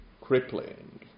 crippling